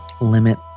limit